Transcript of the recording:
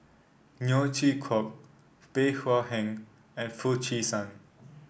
Neo Chwee Kok Bey Hua Heng and Foo Chee San